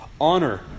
honor